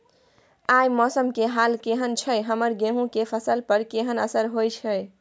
आय मौसम के हाल केहन छै हमर गेहूं के फसल पर केहन असर होय छै?